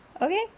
okay